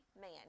man